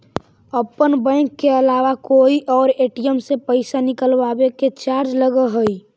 अपन बैंक के अलावा कोई और ए.टी.एम से पइसा निकलवावे के चार्ज लगऽ हइ